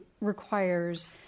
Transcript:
requires